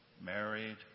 married